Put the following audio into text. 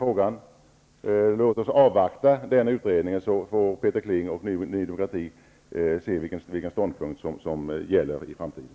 Låt oss avvakta den utredningen, så får Peter Kling och Ny demokrati se vilken ståndpunkt som gäller i framtiden.